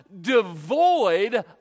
devoid